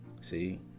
see